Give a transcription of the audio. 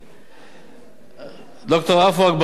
לגיל הפרישה יש השפעה משמעותית על הוצאות תקציביות,